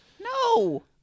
No